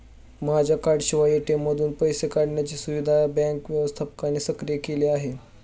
माझ्या कार्डाशिवाय ए.टी.एम मधून पैसे काढण्याची सुविधा बँक व्यवस्थापकाने सक्रिय केली आहे